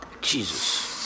Jesus